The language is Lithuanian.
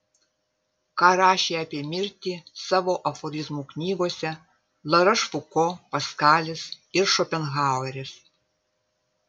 ką rašė apie mirtį savo aforizmų knygose larošfuko paskalis ir šopenhaueris